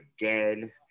again